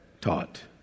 taught